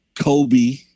Kobe